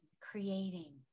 creating